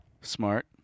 Smart